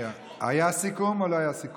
רק שנייה, היה סיכום או לא היה סיכום?